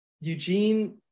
Eugene